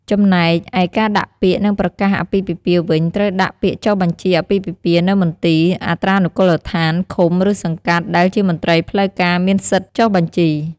ចំំណែកឯការដាក់ពាក្យ និងប្រកាសអាពាហ៍ពិពាហ៍វិញត្រូវដាក់ពាក្យចុះបញ្ជីអាពាហ៍ពិពាហ៍នៅមន្ទីរអត្រានុកូលដ្ឋានឃុំ ឬសង្កាត់ ដែលជាមន្ត្រីផ្លូវ ការមានសិទ្ធិចុះបញ្ជី។